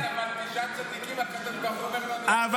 אבל על תשעה צדיקים הקדוש ברוך אומר --- אבל